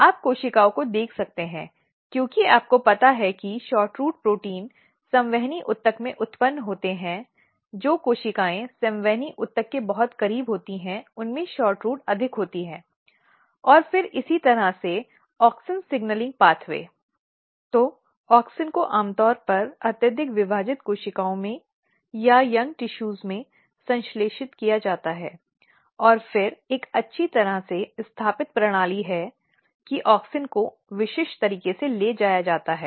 आप कोशिकाओं को देख सकते हैं क्योंकि आपको पता है कि SHORTROOT प्रोटीन संवहनी ऊतक में उत्पन्न होते हैं जो कोशिकाएं संवहनी ऊतक के बहुत करीब होती हैं उनमें SHORTROOT अधिक होती है और फिर इसी तरह से ऑक्टिन सिग्नलिंग पाथवे तो ऑक्सिन को आमतौर पर अत्यधिक विभाजित कोशिकाओं में या युवा ऊतकों में संश्लेषित किया जाता है और फिर एक अच्छी तरह से स्थापित प्रणाली है कि ऑक्सिन को बहुत विशिष्ट तरीके से ले जाया जा सकता है